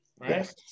Right